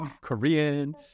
Korean